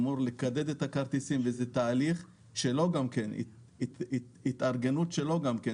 לקדד את הכרטיסים ויש תהליך התארגנות שלו גם כן.